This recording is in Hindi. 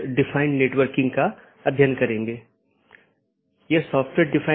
यह एक बड़े आईपी नेटवर्क या पूरे इंटरनेट का छोटा हिस्सा है